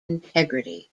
integrity